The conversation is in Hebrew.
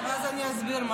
בבקשה.